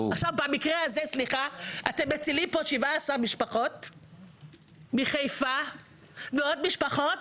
אתם מצילים פה 17 משפחות מחיפה ועוד משפחות,